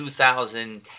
2010